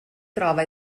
trova